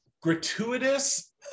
gratuitous